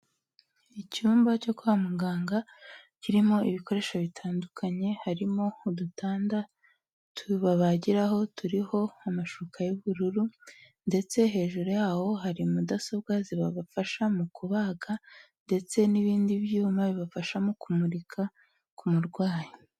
Icyumba cyo kwa muganga kirimo ibikoresho bitandukanye, harimo udutanda tubabagiraho turiho amashuka y'ubururu, ndetse hejuru yaho hari mudasobwa zibafasha mu kubaga ndetse n'ibindi byuma bibafasha mu kumurika ku murwayi.